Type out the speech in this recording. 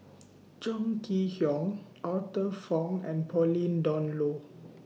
Chong Kee Hiong Arthur Fong and Pauline Dawn Loh